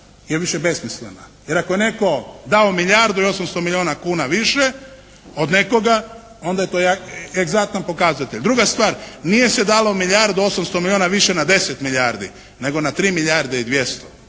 je više besmislena. Jer ako je netko dao milijardu i 800 milijona kuna više od nekoga onda je to egzaktan pokazatelj. Druga stvar, nije se dalo milijardu 800 milijona više na 10 milijardi, nego na 3 milijarde i 200.